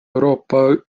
euroopa